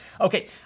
Okay